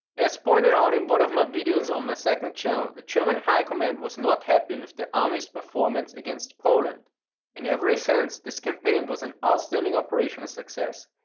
as pointed out in one of my videos on my second channel, the german high command was not happy with the army's performance against poland in every sense this campaign was an outstanding operational success.